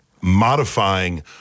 modifying